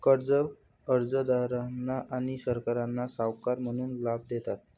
कर्जे कर्जदारांना आणि सरकारला सावकार म्हणून लाभ देतात